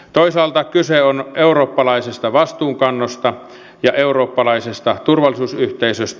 toisaalta kyse on eurooppalaisesta vastuunkannosta ja eurooppalaisesta turvallisuusyhteisöstä